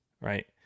right